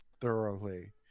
thoroughly